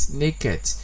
naked